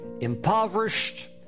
impoverished